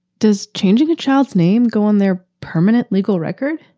does changing a child's name go on their permanent legal record?